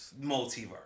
multiverse